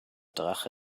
drache